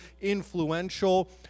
influential